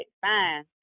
fine